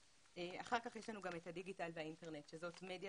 אחר כך יש לנו את הדיגיטל והאינטרנט שזו מדיה